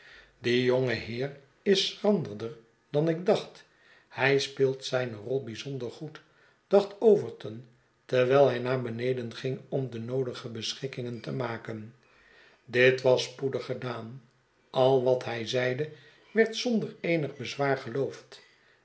die jonge heer is schranderder dan ik dacht hij speelt zijne rol bijzonder goed dacht overton terwijl hij naar beneden ging om de noodige beschikkingen te maken dit was spoedig gedaan al wat hij zeide werd zonder eenig bezwaar geloofd